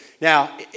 Now